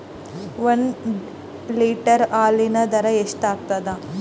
ಒಂದ್ ಲೀಟರ್ ಹಾಲಿನ ದರ ಎಷ್ಟ್ ಆಗತದ?